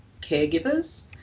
caregivers